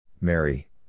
Mary